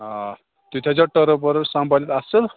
آ تُہۍ تھٲے زیو ٹٔرٕف ورٕف سمبٲلِتھ اَصٕل